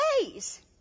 days